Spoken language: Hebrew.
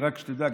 רק שתדע,